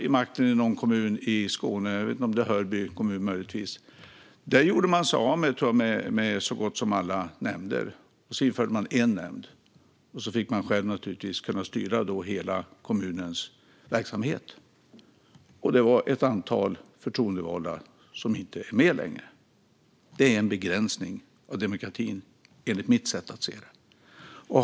I en kommun i Skåne där Sverigedemokraterna har makten, möjligtvis Hörby kommun, gjorde man sig av med så gott som alla nämnder och införde en nämnd. Därmed kunde man naturligtvis själv styra hela kommunens verksamhet. Ett antal förtroendevalda är inte längre med. Detta är en begränsning av demokratin, enligt mitt sätt att se det.